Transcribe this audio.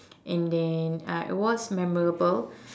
and then uh it was memorable